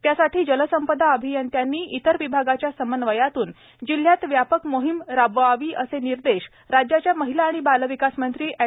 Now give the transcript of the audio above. त्यासाठी जलसंपदा अभियंत्यांनी इतर विभागाच्या समन्वयातून जिल्ह्यात व्यापक मोहीम राबवावी असे निर्देश राज्याच्या महिला आणि बालविकास मंत्री ड